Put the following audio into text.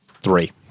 Three